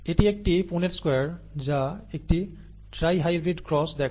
এটি একটি Punnett square যা একটি ট্রাই হাইব্রিড ক্রস দেখায়